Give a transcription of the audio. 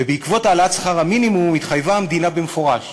ובעקבות העלאת שכר המינימום התחייבה המדינה במפורש